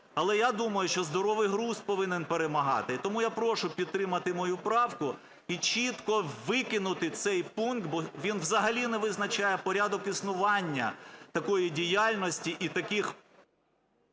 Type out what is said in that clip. Але я думаю, що здоровий глузд повинен перемагати. І тому я прошу підтримати мою правку і чітко викинути цей пункт, бо він взагалі не визначає порядок існування такої діяльності і таких...